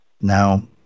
Now